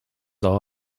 are